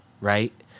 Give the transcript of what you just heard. right